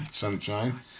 sunshine